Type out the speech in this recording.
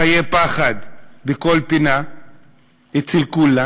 חיי פחד בכל פינה אצל כולם.